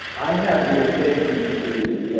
i had the occasion to